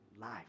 life